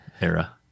era